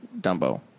Dumbo